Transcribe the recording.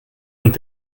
und